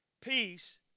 Peace